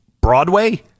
Broadway